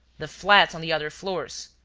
the flats on the other floors?